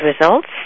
results